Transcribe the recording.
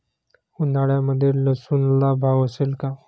उन्हाळ्यामध्ये लसूणला भाव असेल का?